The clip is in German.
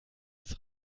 als